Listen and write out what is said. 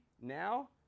now